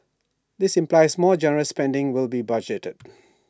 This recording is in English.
this implies more generous spending will be budgeted